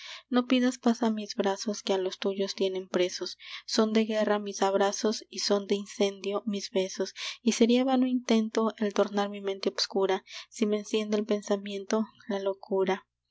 no pidas paz a mis brazos que a los tuyos tienen presos son de guerra mis abrazos y son de incendio mis besos y sería vano intento el tornar mi mente obscura si me enciende el pensamiento la locura